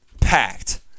Packed